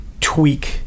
tweak